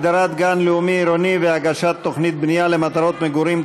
הגדרת גן לאומי עירוני והגשת תוכנית בנייה למטרות מגורים),